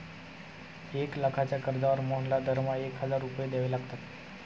एक लाखाच्या कर्जावर मोहनला दरमहा एक हजार रुपये द्यावे लागतात